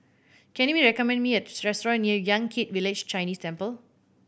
can you recommend me a restaurant near Yan Kit Village Chinese Temple